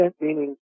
meaning